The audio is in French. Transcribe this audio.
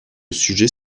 sujet